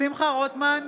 שמחה רוטמן,